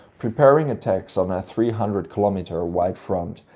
preparing attacks on a three-hundred kilometer wide front,